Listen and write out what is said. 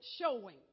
showing